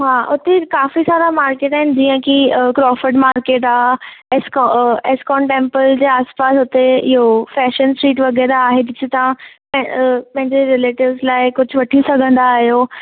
हा उते काफ़ी सारा मार्केट आहिनि जीअं की अ क्राफिड मार्केट आहे एस्का अ एस्कान टेम्पल जे आस पास हुते इहो फैशन स्ट्रीट वग़ैरह आहे जिते तव्हां अ पंहिंजे रिलेटिव्ज़ लाइ कुझु वठी सघंदा आहियो